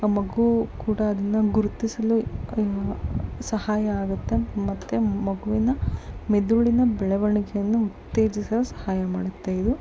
ಆ ಮಗು ಕೂಡ ಅದನ್ನು ಗುರುತಿಸಲು ಸಹಾಯ ಆಗುತ್ತೆ ಮತ್ತೆ ಮಗುವಿನ ಮೆದುಳಿನ ಬೆಳವಣಿಗೆಯನ್ನು ಉತ್ತೇಜಿಸಲು ಸಹಾಯ ಮಾಡುತ್ತೆ ಇದು